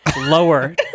lower